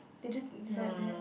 they just decided to have